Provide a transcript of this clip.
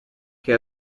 che